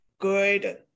good